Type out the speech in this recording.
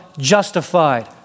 justified